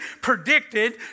predicted